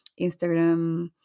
Instagram